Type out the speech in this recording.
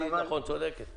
נכון, צודקת.